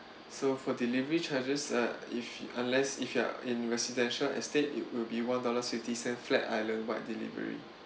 so for delivery charges uh if unless if you are in residential estate it will be one dollar fifty cent flat island wide delivery